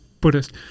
Buddhist